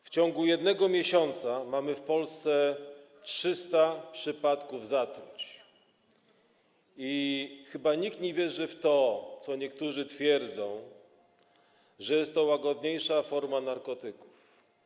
W ciągu jednego miesiąca mamy w Polsce 300 przypadków zatruć i chyba nikt nie wierzy w to - co niektórzy twierdzą - że jest to łagodniejsza forma narkotyków.